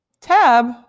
Tab